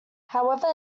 however